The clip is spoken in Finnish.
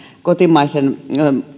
kotimaisen